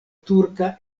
turka